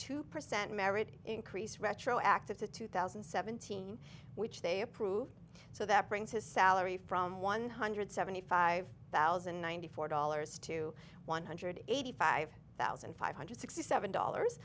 two percent merit increase retroactive to two thousand and seventeen which they approved so that brings his salary from one hundred and seventy five thousand and ninety four dollars to one hundred eighty five thousand five hundred and sixty seven dollars